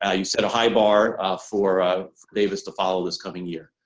ah you set a high bar for davis to follow this coming year.